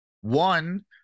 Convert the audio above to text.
one